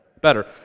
better